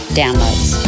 downloads